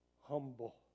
humble